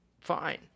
fine